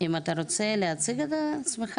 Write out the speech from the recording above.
תציג את עצמך